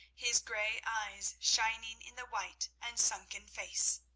his grey eyes shining in the white and sunken face.